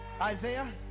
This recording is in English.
Isaiah